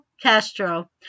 Castro